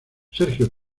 sergio